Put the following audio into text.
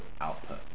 output